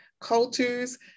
cultures